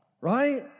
right